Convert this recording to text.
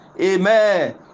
Amen